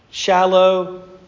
shallow